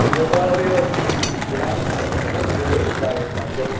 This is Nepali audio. हुन्छ तर अब यो गाडीमा हालेर पठाएको डेलिभरी चार्जेस लाग्छ है